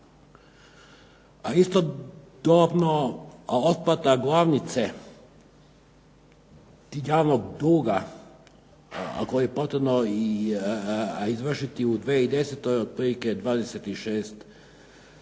A istodobno otplata glavnice javnog duga koji je potrebno izvršiti u 2010. otprilike 26